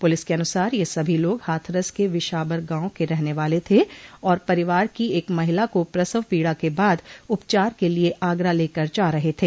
police के अनुसार यह सभी लोग हाथरस के विशाबर गाँव के रहने वाले थे और परिवार की एक महिला को प्रसव पीड़ा के बाद उपचार के लिए आगरा लेकर जा रहे थे